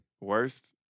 worst